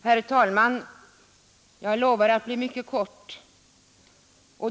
Herr talman! Jag lovar att fatta mig mycket kort.